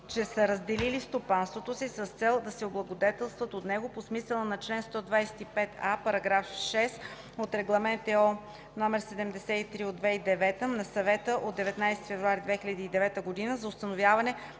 че са разделили стопанството си с цел да се облагодетелстват от него по смисъла на чл. 125а, Параграф 6 от Регламент (ЕО) № 73/2009 на Съвета от 19 януари 2009 г. за установяване